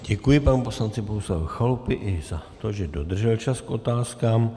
Děkuji panu poslanci Bohuslavu Chalupovi i za to, že dodržel čas k otázkám.